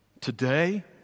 today